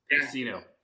casino